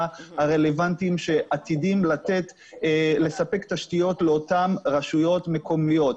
הרלוונטיים שעתידים לספק תשתיות לאותן רשויות מקומיות,